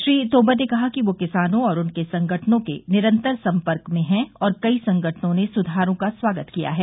श्री तोमर ने कहा कि वह किसानों और उनके संगठनों के निरंतर संपर्क में हैं और कई संगठनों ने सुधारों का स्वागत किया है